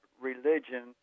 religion